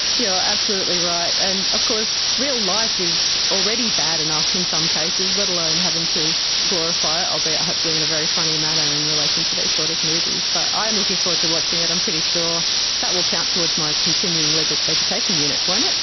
you're absolutely right. and of course real life is already bad enough in some cases, let alone and having to glorify it, albeit hopefully in a very funny manner in relation to these sort of movies. but i am looking forward to watching it. i'm pretty sure that will count towards my continuing legal education units, won't it?